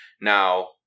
Now